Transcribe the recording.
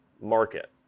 market